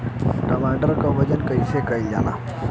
टमाटर क वजन कईसे कईल जाला?